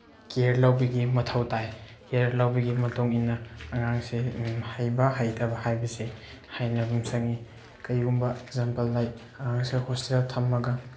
ꯀꯤꯌꯔ ꯂꯧꯕꯒꯤ ꯃꯊꯧ ꯇꯥꯏ ꯀꯤꯌꯔ ꯂꯧꯕꯒꯤ ꯃꯇꯨꯡꯏꯟꯅ ꯑꯉꯥꯡꯁꯦ ꯍꯩꯕ ꯍꯩꯇꯕ ꯍꯥꯏꯕꯁꯦ ꯍꯥꯏꯅꯕ ꯑꯃ ꯆꯪꯉꯤ ꯀꯩꯒꯨꯝꯕ ꯑꯦꯛꯖꯥꯝꯄꯜ ꯂꯥꯏꯛ ꯑꯉꯥꯡꯁꯤꯅ ꯍꯣꯁꯇꯦꯜ ꯊꯝꯃꯒ